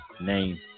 name